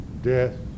death